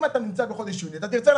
אם אתה נמצא בחודש יוני אתה תרצה,